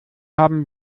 haben